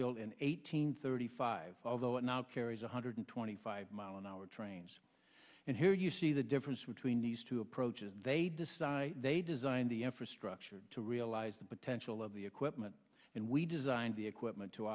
built in eighteen thirty five although it now carries one hundred twenty five mile an hour trains and here you see the difference between these two approaches they decide they design the effort structure to realize the potential of the equipment and we designed the equipment to